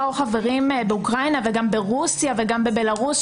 או חברים באוקראינה וגם ברוסיה וגם בבלרוס,